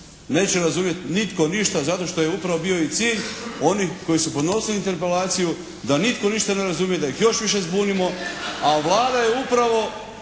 neće razumjeti nitko ništa zato što je upravo bio i cilj onim koji su podnosili interpelaciju da nitko ništa ne razumije, da ih još više zbunimo, a Vlada je upravo